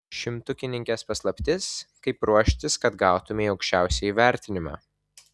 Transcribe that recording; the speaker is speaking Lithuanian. šimtukininkės paslaptis kaip ruoštis kad gautumei aukščiausią įvertinimą